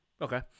Okay